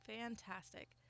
Fantastic